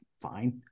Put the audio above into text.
fine